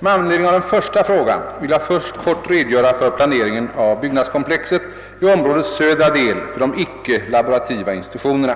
Med anledning av den första frågan vill jag först kort redogöra för planeringen av byggnadskomplexet i områdets södra del för de icke-laborativa institutionerna.